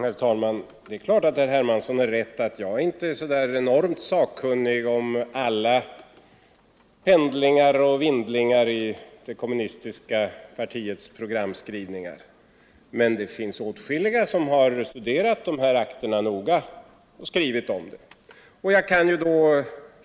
Herr talman! Det är klart att herr Hermansson har rätt i att jag inte är så där enormt sakkunnig om alla pendlingar och vindlingar i det kommunistiska partiets programskrivningar. Men det finns åtskilliga som har studerat de här akterna noga och skrivit om dem.